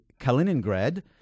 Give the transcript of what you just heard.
Kaliningrad